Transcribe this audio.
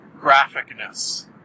graphicness